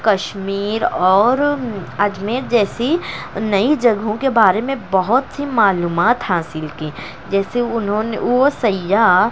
کشمیر اور اجمیر جیسی نئی جگوں کے بارے میں بہت ہی معلومات حاصل کی جیسے انہوں نے وہ سیاح